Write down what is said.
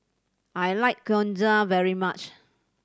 I like Gyoza very much